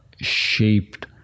shaped